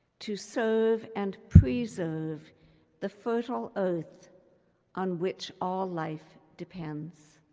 to serve and preserve the fertile earth on which all life depends.